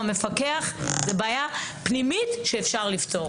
המפקח, זו בעיה פנימית שאפשר לפתור.